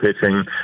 pitching